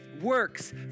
works